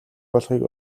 болохыг